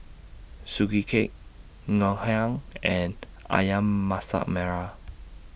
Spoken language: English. Sugee Cake Ngoh Hiang and Ayam Masak Merah